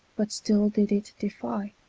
but still did it defie?